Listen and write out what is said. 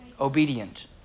obedient